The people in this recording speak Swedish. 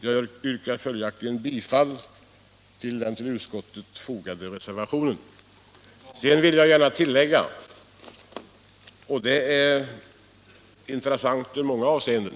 Jag yrkar följaktligen bifall till den vid utskottets betänkande fogade reservationen. Sedan vill jag gärna göra ett tillägg beträffande en fråga som är intressant i många avseenden.